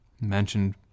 mentioned